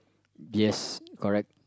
yes correct